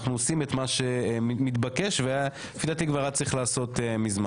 אנחנו עושים את מה מתבקש ולפי דעתי כבר היה צריך להיעשות מזמן.